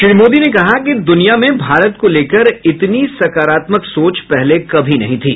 श्री मोदी ने कहा कि दूनिया में भारत को लेकर इतनी सकारात्मक सोच पहले कभी नहीं थी